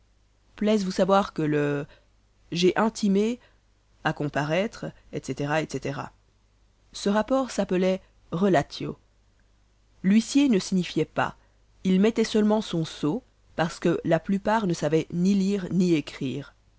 plaise vous savoir que le j'ai intimé à comparoître etc etc ce rapport s'appelait relatio l'huissier ne signifiait pas il mettait seulement son sceau parce que la plupart ne savaient ni lire ni écrire